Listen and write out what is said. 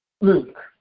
Luke